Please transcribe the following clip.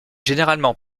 généralement